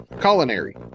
culinary